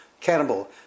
Cannibal